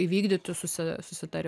įvykdyti susi susitarim